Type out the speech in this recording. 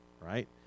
right